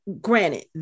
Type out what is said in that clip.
granted